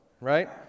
right